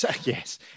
Yes